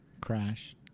Crash